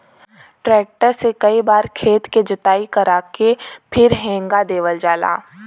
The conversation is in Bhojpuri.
ट्रैक्टर से कई बार खेत के जोताई करा के फिर हेंगा देवल जाला